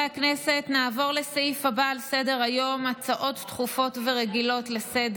כעת נעבור להצבעה על הצעת החוק של חבר הכנסת סימון דוידסון.